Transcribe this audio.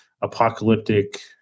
apocalyptic